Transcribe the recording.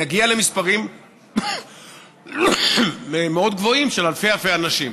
נגיע למספרים מאוד גדולים של אלפי-אלפי אנשים,